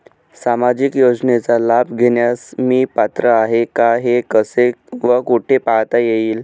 सामाजिक योजनेचा लाभ घेण्यास मी पात्र आहे का हे कसे व कुठे पाहता येईल?